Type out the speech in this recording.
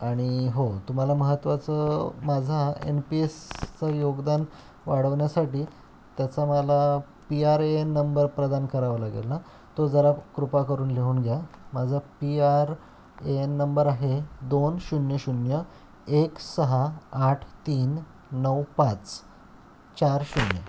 आणि हो तुम्हाला महत्त्वाचं माझा एन पी एसचं योगदान वाढवण्यासाठी त्याचा मला P R A N number प्रदान करावा लागेल ना तो जरा कृपा करून लिहून घ्या माझा P R A N number आहे दोन शून्य शून्य एक सहा आठ तीन नऊ पाच चार शून्य